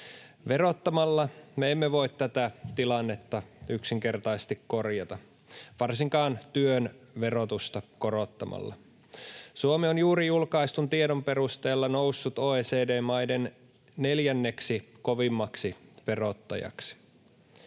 Verottamalla me emme voi tätä tilannetta yksinkertaisesti korjata, varsinkaan työn verotusta korottamalla. Suomi on juuri julkaistun tiedon perusteella noussut OECD-maiden neljänneksi kovimmaksi verottajaksi.